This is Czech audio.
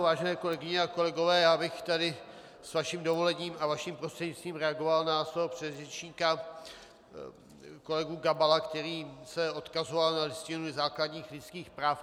Vážené kolegyně a kolegové, já bych tady s vaším dovolením a vaším prostřednictvím reagoval na svého předřečníka kolegu Gabala, který se odkazoval na Listinu základních lidských práv.